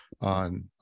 on